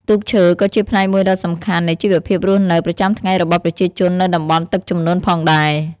ទូកឈើក៏ជាផ្នែកមួយដ៏សំខាន់នៃជីវភាពរស់នៅប្រចាំថ្ងៃរបស់ប្រជាជននៅតំបន់ទឹកជំនន់ផងដែរ ។